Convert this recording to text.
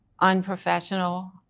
Unprofessional